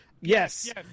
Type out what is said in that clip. Yes